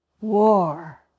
war